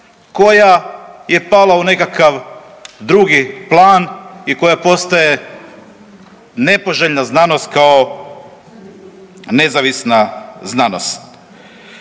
koja je pala u nekakav drugi plan i koja postaje nepoželjna znanost kao nezavisna znanost.